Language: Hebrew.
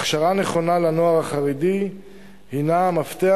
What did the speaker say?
הכשרה נכונה לנוער החרדי הינה המפתח